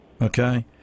Okay